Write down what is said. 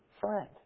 friend